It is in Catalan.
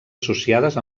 associades